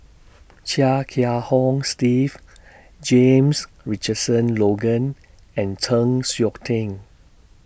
Chia Kiah Hong Steve James Richardson Logan and Chng Seok Tin